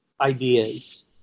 ideas